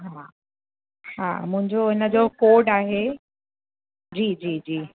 हा हा मुंहिंजो इनजो कोड आहे जी जी जी